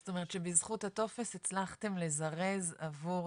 זאת אומרת שבזכות הטופס הצלחתם לזרז עבור